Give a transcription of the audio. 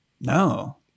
No